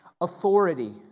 authority